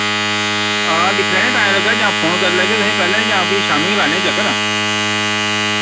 हां दिक्खी लैन्ने टाइम लग्गा जां फोन करी लैगे तुसें पैह्ले जां फ्ही शाम्मी गै लान्ने चक्कर